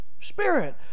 Spirit